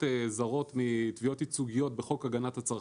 זרות מתביעות ייצוגיות בחוק הגנת הצרכן.